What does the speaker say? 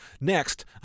next